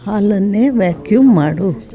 ಹಾಲನ್ನೆ vacuum ಮಾಡು